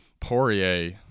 Poirier